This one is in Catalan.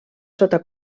sota